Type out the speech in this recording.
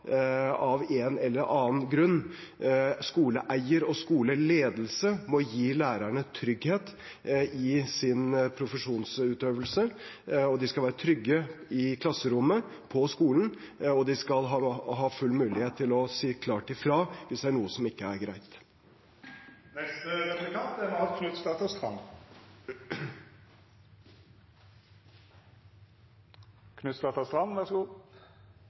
av en eller annen grunn. Skoleeieren og skoleledelsen må gi lærerne trygghet i sin profesjonsutøvelse. De skal være trygge i klasserommet, på skolen, og de skal ha full mulighet til å si klart fra hvis det er noe som ikke er greit.